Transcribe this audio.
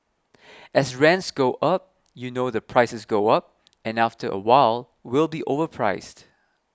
as rents go up you know the prices go up and after a while we'll be overpriced